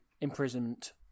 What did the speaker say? imprisonment